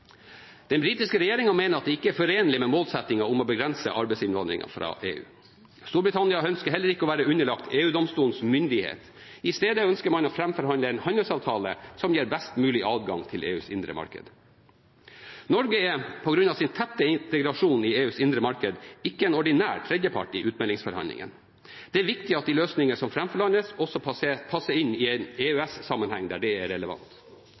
Den britiske regjeringen mener det ikke er forenlig med målsettingen om å begrense arbeidsinnvandringen fra EU. Storbritannia ønsker heller ikke å være underlagt EU-domstolens myndighet. Isteden ønsker man å forhandle fram en handelsavtale som gir best mulig adgang til EUs indre marked. Norge er, på grunn av sin tette integrasjon i EUs indre marked, ikke en ordinær tredjepart i utmeldingsforhandlingene. Det er viktig at de løsninger som forhandles fram, også passer inn i en EØS-sammenheng der det er relevant.